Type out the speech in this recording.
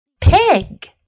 pig